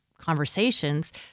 conversations